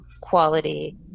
quality